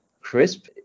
crisp